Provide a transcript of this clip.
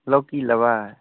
लौकी लेबै